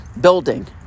building